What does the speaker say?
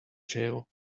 jail